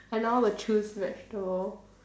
I know how to choose vegetable